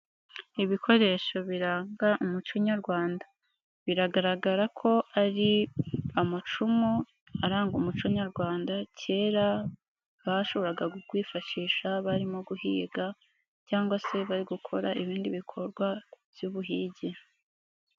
Ibikoresho biranga umuco nyarwanda, biragaragara ko ari amacumu aranga umuco nyarwanda, kera bashoboraga kwifashisha barimo guhiga, cyangwa se bari gukora ibindi bikorwa by'ubuhigi.